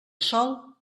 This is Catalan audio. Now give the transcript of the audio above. sol